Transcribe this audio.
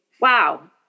wow